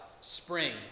spring